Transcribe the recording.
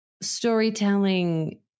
storytelling